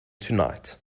tonight